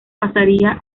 pasaría